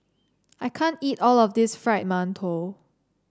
I can't eat all of this Fried Mantou